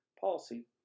policy